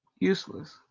useless